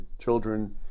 children